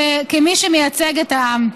כמי שמייצגת את העם.